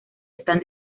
están